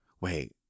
Wait